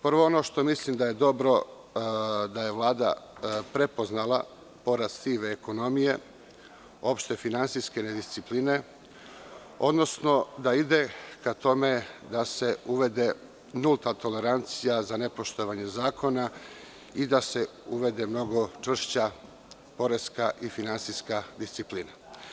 Prvo, ono što mislim da je dobro to je da je Vlada prepoznala porast sive ekonomije, opšte finansijske nediscipline, odnosno da ide ka tome da se uvede nulta tolerancija za nepoštovanje zakona i da se uvede mnogo čvršća poreska i finansijska disciplina.